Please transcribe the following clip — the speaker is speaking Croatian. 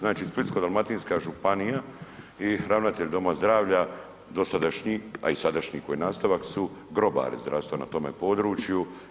Znači, Splitsko-dalmatinska županija i ravnatelj doma zdravlja dosadašnji, a i sadašnji koji nastavak su grobari zdravstveni na tome području.